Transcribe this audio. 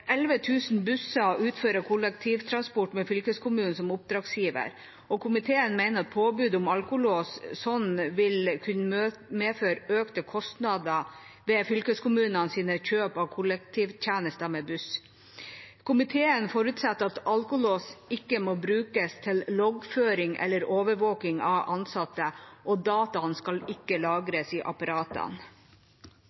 busser utfører kollektivtransport med fylkeskommunen som oppdragsgiver, og komiteen mener at påbudet om alkolås slik vil kunne medføre økte kostnader ved fylkeskommunenes kjøp av kollektivtjenester med buss. Komiteen forutsetter at alkolås ikke må brukes til loggføring eller overvåking av ansatte, og data skal ikke